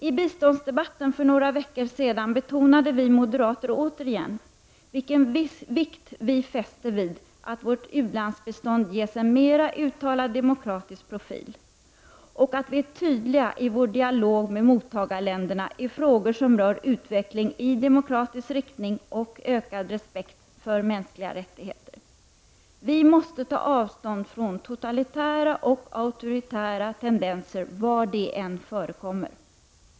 I biståndsdebatten för några veckor sedan betonade vi moderater återigen vilken vikt vi fäster vid att vårt u-landsbistånd ges en mera uttalat demokratisk profil och att vi är tydliga i vår dialog med mottagarländerna i frågor som rör utveckling i demokratisk riktning och ökad respekt för mänskliga rättigheter. Vi måste ta avstånd från totalitära och auktoritära tendenser var de än förekommer.